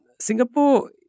Singapore